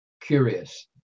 curious